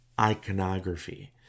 iconography